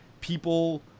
people